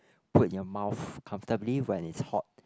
put in your mouth comfortably when it's hot